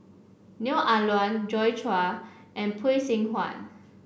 Neo Ah Luan Joi Chua and Phay Seng Whatt